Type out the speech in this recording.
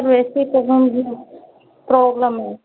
sir वैसे तो हम प्रॉबलम है